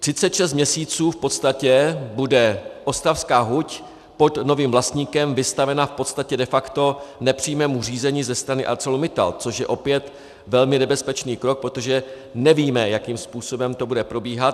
36 měsíců v podstatě bude ostravská huť pod novým vlastníkem vystavena v podstatě de facto nepřímému řízení ze strany ArcelorMittal, což je opět velmi nebezpečný krok, protože nevíme, jakým způsobem to bude probíhat.